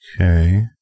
Okay